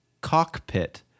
cockpit